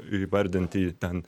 įvardinti ten